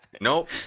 Nope